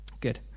Good